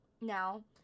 now